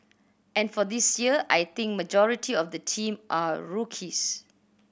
and for this year I think majority of the team are rookies